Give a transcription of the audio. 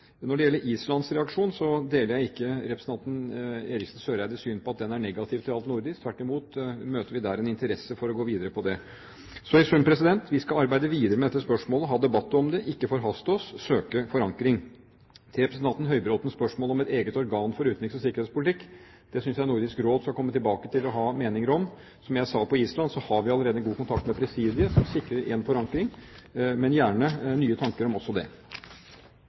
Når det gjelder Islands reaksjon, deler jeg ikke representanten Eriksen Søreides syn om at den er negativ til alt nordisk. Tvert imot møter vi der en interesse for å gå videre med det. I sum: Vi skal arbeide videre med dette spørsmålet, ha debatt om det, ikke forhaste oss, søke forankring. Til representanten Høybråtens spørsmål om et eget organ for utenriks- og sikkerhetspolitikk: Det synes jeg Nordisk Råd skal komme tilbake til og ha meninger om. Som jeg sa på Island, har vi allerede en god kontakt med Presidiet som sikrer en forankring – men gjerne nye tanker om også det.